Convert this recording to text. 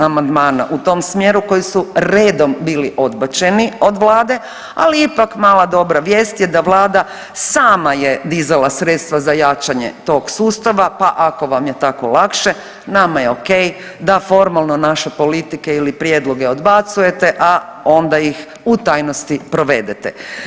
amandmana u tom smjeru koji su redom bili odbačeni od vlade, ali ipak mala dobra vijest je da vlada sama je dizala sredstva za jačanje tog sustava pa ako vam je tako lakše nama je ok da formalno naše politike ili prijedloge odbacujete, a onda ih u tajnosti provedete.